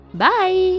bye